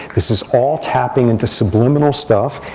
this is all tapping into subliminal stuff.